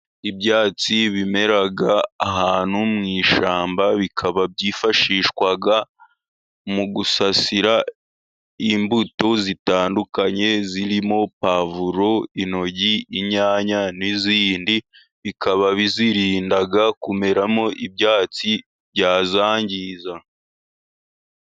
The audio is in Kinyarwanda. Ibyatsi bimera ahantu mu ishyamba, bikaba byifashishwa mu gusasira imbuto zitandukanye, zirimo pavuro, intoryi, inyanya, n'izindi bikaba bizirinda kumeramo ibyatsi byazangiza.